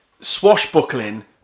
Swashbuckling